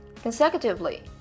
Consecutively